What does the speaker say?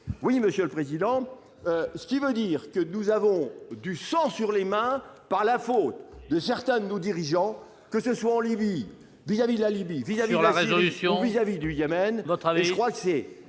oui Monsieur le Président, ce qui veut dire que nous avons du sang sur les mains, par la faute de certains de nos dirigeants, que ce soit en Libye vis-à-vis de la Libye vit la résolution vis-à-vis du Yémen, votre avis : je crois que c'est